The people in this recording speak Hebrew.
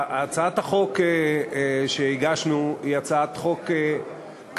הצעת החוק שהגשנו היא הצעת חוק קצרה,